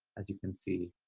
as you can see,